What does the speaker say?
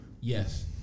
yes